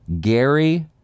Gary